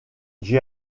rompt